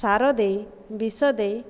ସାର ଦେଇ ବିଷ ଦେଇ